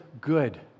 good